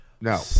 No